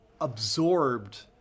absorbed